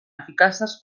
eficaces